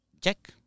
Check